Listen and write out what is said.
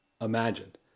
imagined